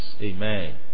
Amen